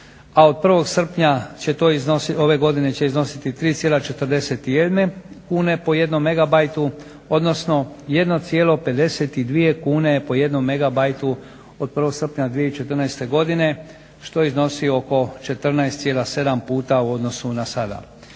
a od 1. srpnja ove godine će iznositi 3,41 kn po 1 MB, odnosno 1,52 kn po 1 MB od 1. srpnja 2014. godine što iznosi oko 14,7 puta u odnosu na sada.